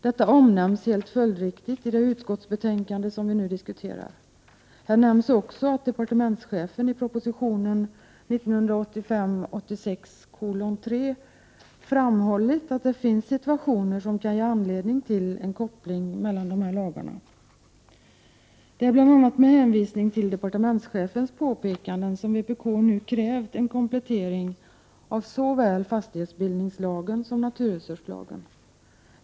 Detta omnämns helt följdriktigt i det utskottsbetänkande som vi nu diskuterar. Här nämns också att departementschefen i proposition 1985/86:3 framhållit att det finns situationer som kan ge anledning till en koppling mellan lagarna. Det är bl.a. med hänvisning till departementschefens påpekanden som vpk nu krävt en komplettering av såväl FBL som NRL.